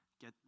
get